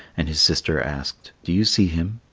and his sister asked, do you see him?